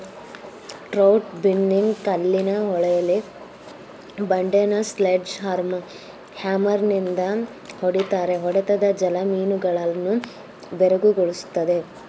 trout binning ಕಲ್ಲಿನ ಹೊಳೆಲಿ ಬಂಡೆನ ಸ್ಲೆಡ್ಜ್ ಹ್ಯಾಮರ್ನಿಂದ ಹೊಡಿತಾರೆ ಹೊಡೆತದ ಬಲ ಮೀನುಗಳನ್ನು ಬೆರಗುಗೊಳಿಸ್ತದೆ